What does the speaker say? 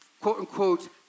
quote-unquote